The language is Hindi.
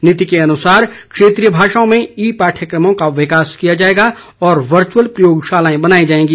नीति के अनुसार क्षेत्रीय भाषाओं में ई पाठ्यक्रमों का विकास किया जाएगा और वर्च्अल प्रयोगशालाएं बनाई जाएगी